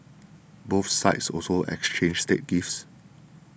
both sides also exchanged state gifts